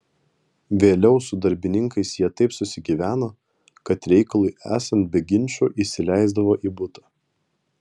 vėliau su darbininkais jie taip susigyveno kad reikalui esant be ginčų įsileisdavo į butą